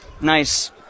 nice